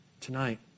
Tonight